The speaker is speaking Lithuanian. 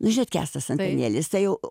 nu žinot kęstas antanėlis tai jau